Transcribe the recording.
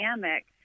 dynamic